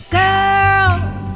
girls